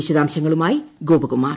വിശദാംശങ്ങളുമായി ഗോപകുമാർ